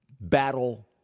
Battle